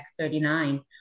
X39